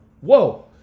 Whoa